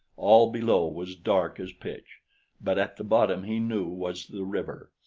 all below was dark as pitch but at the bottom he knew was the river.